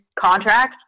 contract